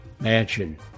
mansion